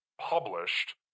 published